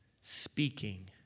speaking